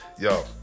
Yo